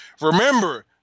Remember